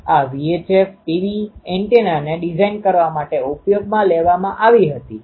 તેથી તે દૂરના ક્ષેત્રને વિકિરણ કરશે જેને Efθe j૦r4πr લખી શકાઈ છે